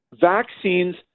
vaccines